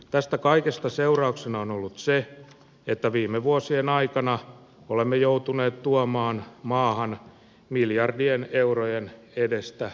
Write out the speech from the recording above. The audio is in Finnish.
tästä kaikesta seurauksena on ollut se että viime vuosien aikana olemme joutuneet tuomaan maahan miljardien eurojen edestä tuontienergiaa